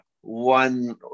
one